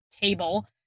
table